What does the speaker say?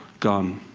gone.